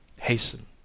hasten